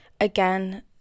again